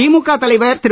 திமுக தலைவர் திரு